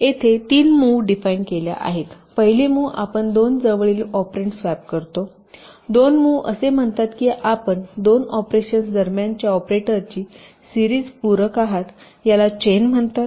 तर येथे तीन मूव्ह डिफाइन केल्या आहेत पहिली मूव्ह आपण दोन जवळील ऑपरेंड स्वॅप करतो दोन मूव्ह असे म्हणतात की आपण दोन ऑपरेशन्स दरम्यानच्या ऑपरेटरची सिरीज पूरक आहात याला चेन म्हणतात